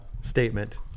statement